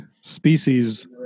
species